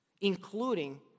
including